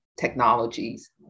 technologies